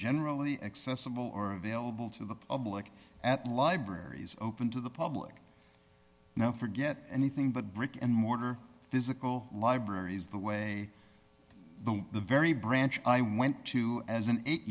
generally accessible or available to the public at libraries open to the public now forget anything but brick and mortar physical libraries the way the the very branch i went to as an eight